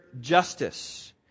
justice